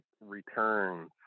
Returns